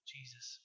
Jesus